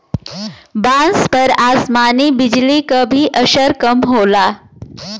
बांस पर आसमानी बिजली क भी असर कम होला